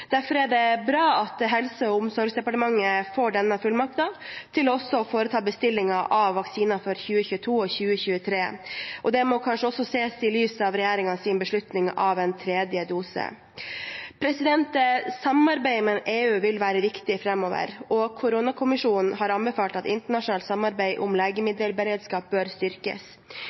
Derfor er det bra at Helse- og omsorgsdepartementet får denne fullmakten til også å foreta bestillinger av vaksiner for 2022 og 2023. Det må kanskje også ses i lys av regjeringens beslutning om en tredje dose. Samarbeidet med EU vil være viktig framover, og koronakommisjonen har anbefalt at internasjonalt samarbeid om legemiddelberedskap bør styrkes.